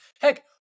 Heck